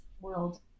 world